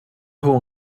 nhw